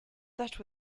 that